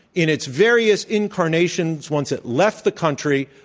in its various incarnations once it left the country,